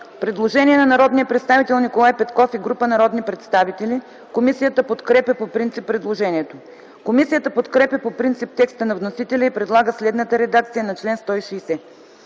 предложение на Николай Петков и група народни представители. Комисията подкрепя предложението. Комисията подкрепя по принцип текста на вносителя и предлага следната редакция на чл. 126: